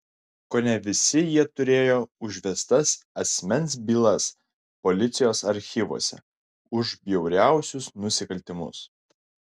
kone visi jie turėjo užvestas asmens bylas policijos archyvuose už bjauriausius nusikaltimus